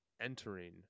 entering